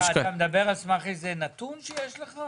אתה מדבר על סמך נתון שיש לך?